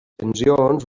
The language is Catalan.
pensions